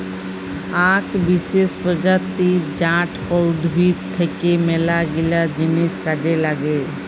আক বিসেস প্রজাতি জাট উদ্ভিদ থাক্যে মেলাগিলা জিনিস কাজে লাগে